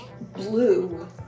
blue